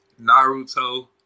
Naruto